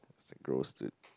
it's the gross dude